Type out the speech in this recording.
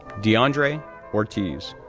deandre ortiz,